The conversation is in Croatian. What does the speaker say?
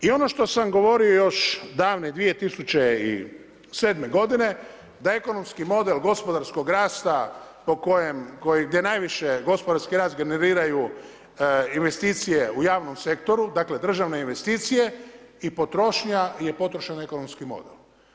I ono što sam govorio još davne 2007. godine da je ekonomski model gospodarskog rasta gdje najviše gospodarski rast generiraju investicije u javnom sektoru, dakle državne investicije i potrošnja je potrošan ekonomski model.